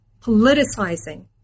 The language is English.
politicizing